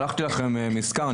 שלחתי לכם מזכר,